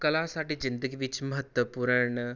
ਕਲਾ ਸਾਡੀ ਜ਼ਿੰਦਗੀ ਵਿੱਚ ਮਹੱਤਵਪੂਰਨ